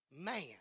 man